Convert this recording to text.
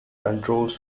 controls